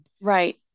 Right